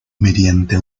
mediante